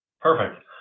Perfect